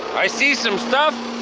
i see some stuff.